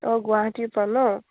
অঁ গুৱাহাটীৰ পাৰা ন